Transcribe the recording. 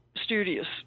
studious